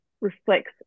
reflects